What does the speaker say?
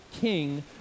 king